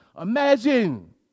imagine